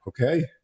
Okay